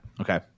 Okay